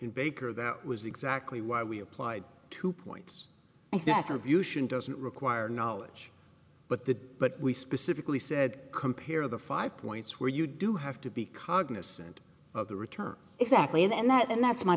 baker that was exactly why we applied to points exactly you should doesn't require knowledge but that but we specifically said compare the five points where you do have to be cognizant of the return exactly and that and that's my